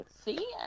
see